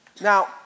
Now